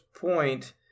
point